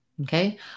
okay